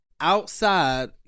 outside